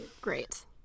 Great